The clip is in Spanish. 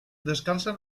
descansan